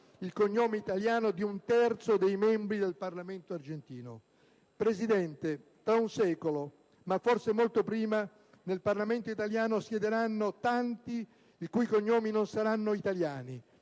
il cognome italiano di un terzo dei membri del Parlamento argentino. Signor Presidente, tra un secolo, ma forse molto prima, nel Parlamento italiano siederanno tanti i cui cognomi non saranno italiani,